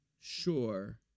Sure